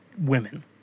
women